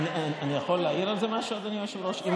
אני יכול להעיר על זה משהו, אדוני היושב-ראש?